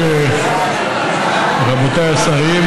השוואת קצבת נכות לשכר המינימום),